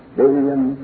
billion